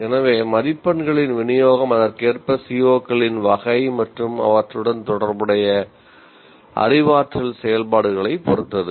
எனவே மதிப்பெண்களின் விநியோகம் அதற்கேற்ப CO களின் வகை மற்றும் அவற்றுடன் தொடர்புடைய அறிவாற்றல் செயல்பாடுகளைப் பொறுத்தது